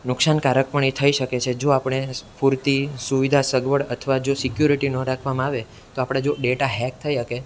નુકસાનકારક પણ એ થઈ શકે છે જો આપણે સ્ફૂર્તિ સુવિધા સગવડ અથવા જો સિક્યોરિટી ન રાખવામાં આવે તો આપણા જો ડેટા હેક થઈ શકે